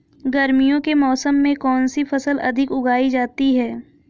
गर्मियों के मौसम में कौन सी फसल अधिक उगाई जाती है?